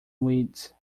weeds